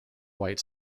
white